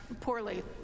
poorly